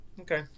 Okay